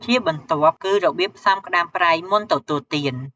ជាបន្ទាប់គឺ របៀបផ្សំក្តាមប្រៃមុនទទួលទាន។